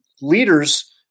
leaders